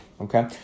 okay